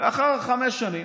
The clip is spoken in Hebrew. לאחר חמש שנים,